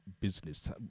business